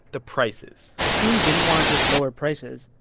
the prices the team didn't want to just lower prices.